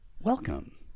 Welcome